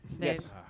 Yes